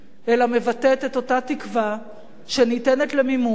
אלא מבטאת את אותה תקווה שניתנת למימוש,